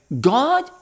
God